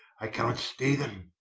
i cannot stay them,